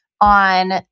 On